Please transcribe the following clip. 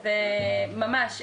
ממש.